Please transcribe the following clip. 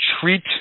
treat